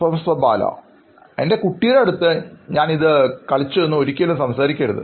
professor ബാലഎൻറെ കുട്ടിയുടെ അടുത്ത് ഞാൻ ഇത് കളിച്ചു എന്ന് സംസാരിക്കരുത്